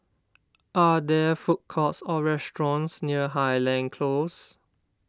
are there food courts or restaurants near Highland Close